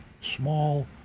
small